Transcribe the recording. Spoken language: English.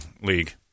league